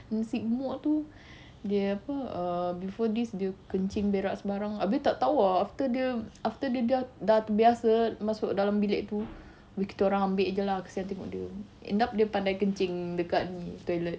yang si gemuk tu dia apa err before this dia kencing berak sembarang habis tak tahu lah after dia after dia dah biasa masuk dalam bilik tu tapi kita orang ambil jer lah kesian tengok dia end up dia pandai kencing dekat ni toilet